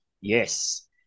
Yes